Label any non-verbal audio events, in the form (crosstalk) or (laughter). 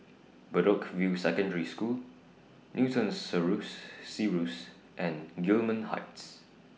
Bedok View Secondary School Newton (unintelligible) Cirus and Gillman Heights